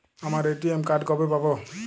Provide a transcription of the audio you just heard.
আমার ATM card কবে পাব?